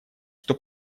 что